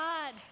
God